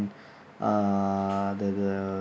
uh the the